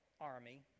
army